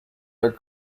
are